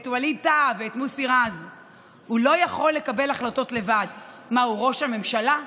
יאללה, תעברו ממפלגה למפלגה.